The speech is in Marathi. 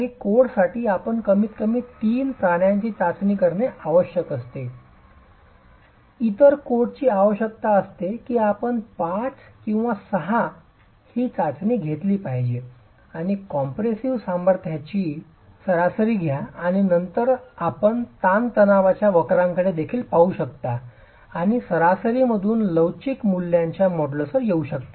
काही कोडसाठी आपण कमीतकमी 3 प्राण्यांची चाचणी करणे आवश्यक असते इतर कोडची आवश्यकता असते की आपण 5 किंवा 6 ची चाचणी घेतली पाहिजे आणि कंप्रेशिव्ह सामर्थ्याची सरासरी घ्या आणि नंतर आपण ताणतणावाच्या वक्रांकडे देखील पाहू शकता आणि सरासरीपासून लवचिक मूल्यांच्या मॉड्यूलसवर येऊ शकता